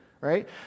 right